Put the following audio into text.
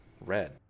red